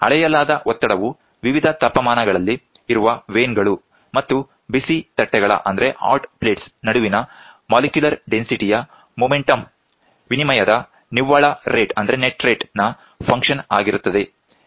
ಅಳೆಯಲಾದ ಒತ್ತಡವು ವಿವಿಧ ತಾಪಮಾನಗಳಲ್ಲಿ ಇರುವ ವೇನ್ ಗಳು ಮತ್ತು ಬಿಸಿ ತಟ್ಟೆಗಳ ನಡುವಿನ ಮೊಲಿಕ್ಯುಲರ್ ಡೆನ್ಸಿಟಿಯ ಮುಮೆಂಟಂ ವಿನಿಮಯದ ನಿವ್ವಳ ರೇಟ್ ನ ಫಂಕ್ಷನ್ ಆಗಿರುತ್ತದೆ